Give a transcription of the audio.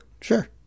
Sure